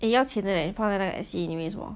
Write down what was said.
eh 要钱的 leh 放在那个 Etsy 里面你以为什么